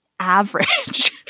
average